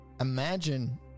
imagine